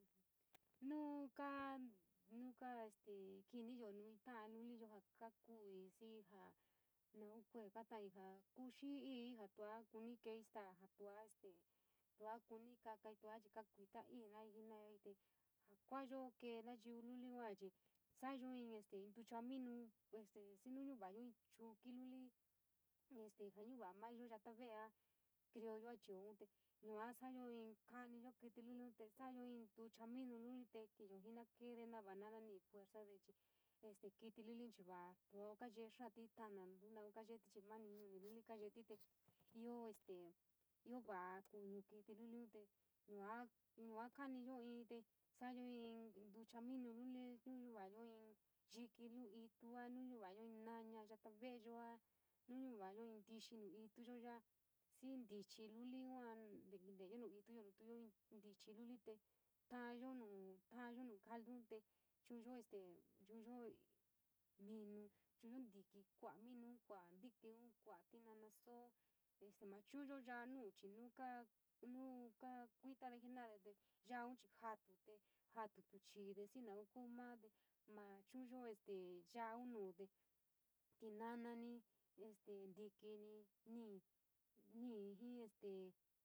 Nuu kaa, nu kaa este jiniyo nu in ta’a luliyo jaa ka kuiii ji jaa naun kue’e ka taiii, jaa kuuichi’iii tua kuniii keiii staa jaa kuaayo jaa kee nayiu liliun chii sa’ayo inn ntucha minu pues este xii nu nu nchava’ayo in chuuki luli jaa nchava’a mayo yata veea criollo achio sa’ayo in kaniyo kitiluluin te sa’ayo in ntucha minu luli te ki’iyo jini na keede nani’i fuerzade este kiti luluin chii vaa tu kaaye xaati tanaun chii naun kayeti chii mani nuni luli kayeti te íoo este, ioo va’a kuño kiti luluin te yua kaaniyo inntee sa’ayo in ntucha minu luli xii ñavayo inn yiki nuu itu, nu nava’ayo inn naña yatu veeyoa nu ñava’ayo in tíxí nuu ituyo yaa xii in ntichii luli yua nteyo nu ituyo nu tuu inn ntichii luli te taayo nuu, tallo nu caltute chu’uyo yaa nuu chi nuu ka, nu ka kuitade jenade te yo’aun jatu, jatutu chiiiole xii naun kuu maate maa chu’uyo este ya’aun nuu te, tinanani ntikini, ñii jii este.